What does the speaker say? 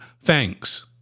Thanks